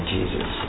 Jesus